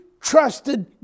trusted